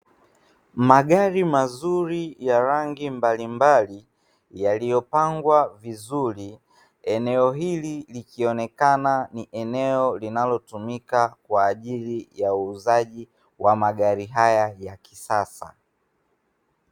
Magari mazuri ya rangi mbalimbali yaliyo pangwa vizuri, eneo hili likionekana ni eneo linalotumika kwa ajili ya uuzaji wa magari haya ya kisasa.